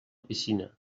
piscina